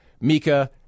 Mika